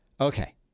Okay